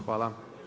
Hvala.